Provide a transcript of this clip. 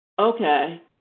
okay